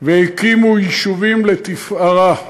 והקימו יישובים לתפארה.